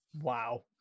Wow